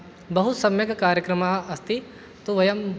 बहुसम्यक् कार्यक्रमः अस्ति तु वयं